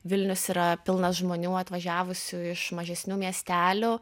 vilnius yra pilnas žmonių atvažiavusių iš mažesnių miestelių